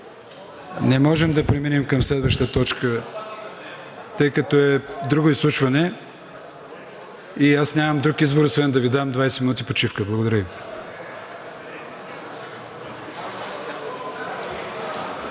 не можем да преминем към следващата точка, тъй като е друго изслушване, и аз нямам друг избор, освен да Ви дам 20 минути почивка. Благодаря Ви.